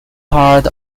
part